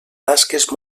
tasques